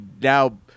now